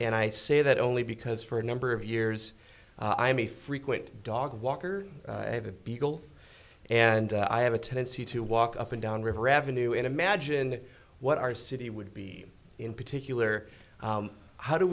and i say that only because for a number of years i am a frequent dog walker i have a beagle and i have a tendency to walk up and down river avenue and imagine what our city would be in particular how do